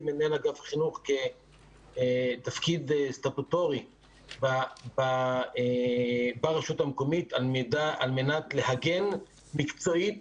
מנהל אגף חינוך כתפקיד סטטוטורי ברשות המקומית על מנת לעגן מקצועית